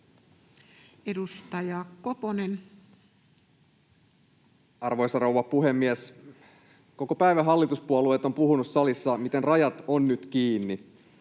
Edustaja Koponen. Arvoisa rouva puhemies! Koko päivän hallituspuolueet ovat puhuneet salissa, miten rajat ovat nyt kiinni.